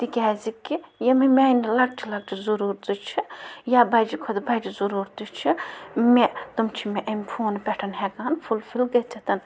تِکیٛازِ کہِ یِم میٛانہِ لَکچہٕ لَکچہٕ ضٔروٗرتہٕ چھِ یا بَجہٕ کھۄتہٕ بَجہٕ ضٔروٗرتہٕ چھِ مےٚ تِم چھِ امہِ فونہٕ پٮ۪ٹھ ہٮ۪کان فُل فِل گٔژھِتھ